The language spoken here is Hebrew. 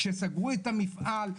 כשסגרו את המפעל,